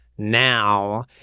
now